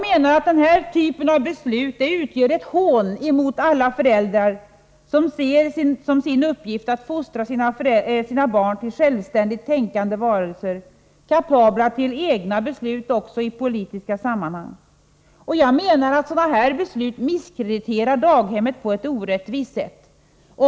Den typen av beslut utgör ett hån mot alla föräldrar som ser som sin uppgift att fostra sina barn till självständigt tänkande varelser, kapabla till egna beslut — också i politiska sammanhang. Sådana här beslut misskrediterar daghemmen på ett orättvist sätt.